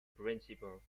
principal